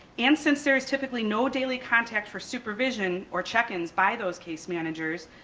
and since there's typically no daily contact for supervision or check-ins by those case managers,